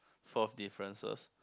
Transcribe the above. four differences